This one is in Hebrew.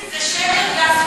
זה שקר גס, אדוני.